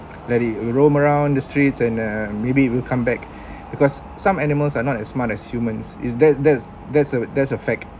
let it roam around the streets and uh maybe it will come back because some animals are not as smart as humans is that that's that's a that's a fact